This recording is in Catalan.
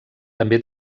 també